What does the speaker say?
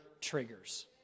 triggers